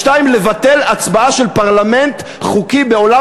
2. לבטל הצבעה של פרלמנט חוקי בעולם